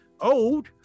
old